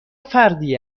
فردی